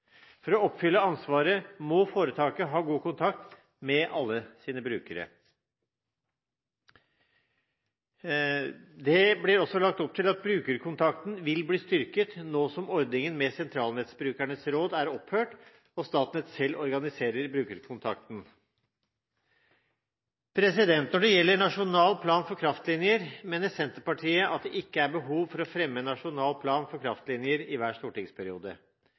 For å oppfylle ansvaret må foretaket ha god kontakt med alle sine brukere. Det ble også lagt opp til at brukerkontakten vil bli styrket nå som ordningen med sentralnettbrukernes råd er opphørt og Statnett selv organiserer brukerkontakten. Når det gjelder nasjonal plan for kraftlinjer, mener Senterpartiet at det ikke er behov for å fremme nasjonal plan for kraftlinjer i hver stortingsperiode.